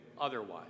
otherwise